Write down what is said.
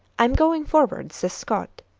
i am going forward, says scott,